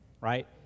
right